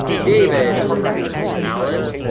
david allen,